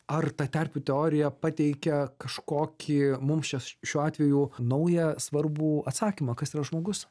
ar ta terpių teorija pateikia kažkokį mums šiuo atveju naują svarbų atsakymą kas yra žmogus